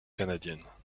canadiennes